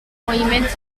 moviments